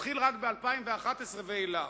מתחיל רק ב-2011 ואילך.